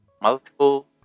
Multiple